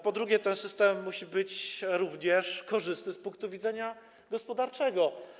Po drugie, ten system musi być również korzystny z punktu widzenia gospodarczego.